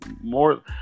more